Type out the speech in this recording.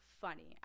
funny